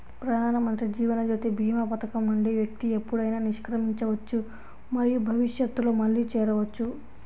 ప్రధానమంత్రి జీవన్ జ్యోతి భీమా పథకం నుండి వ్యక్తి ఎప్పుడైనా నిష్క్రమించవచ్చు మరియు భవిష్యత్తులో మళ్లీ చేరవచ్చు